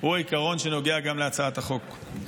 הוא עיקרון שנוגע גם להצעת החוק,